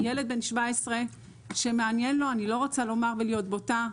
ילד בן 17 שמעניין לו אני לא רוצה לומר ולהיות בוטה,